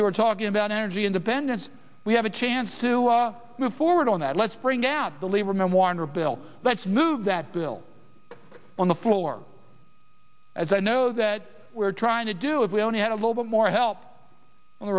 who are talking about energy independence we have a chance to move forward on that let's bring down the lieberman warner bill let's move that bill on the floor as i know that we're trying to do if we only had a little more help